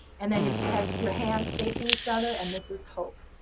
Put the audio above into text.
and and you have your hands facing each other, and this is hope.